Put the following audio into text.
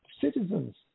citizens